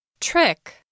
Trick